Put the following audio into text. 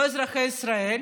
לא אזרחי ישראל,